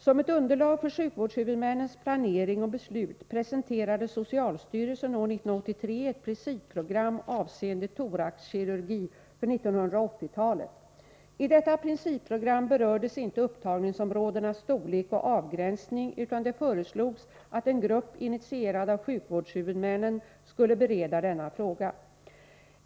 Som ett underlag för sjukvårdshuvudmännens planering och beslut presenterade socialstyrelsen år 1983 ett principprogram avseende thoraxkirurgi för 1980-talet. I detta principprogram berördes inte upptagningsområdenas storlek och avgränsning utan det föreslogs att en grupp, initierad av sjukvårdshuvudmännen, skulle bereda denna fråga.